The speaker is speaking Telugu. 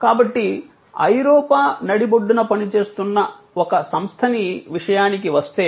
కాబట్టి ఐరోపా నడిబొడ్డున పనిచేస్తున్న ఒక సంస్థని విషయానికివస్తే